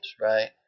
right